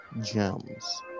Gems